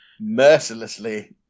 Mercilessly